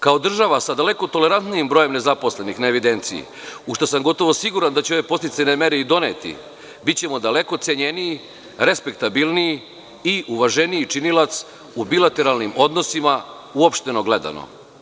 Kao država sa daleko tolerantnijim brojem nezaposlenih na evidenciji, u šta sam gotovo siguran da će ove podsticajne mere i doneti, bićemo daleko cenjeniji, respektabilniji i uvaženiji činilac u bilateralnim odnosima uopšteno gledano.